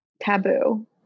taboo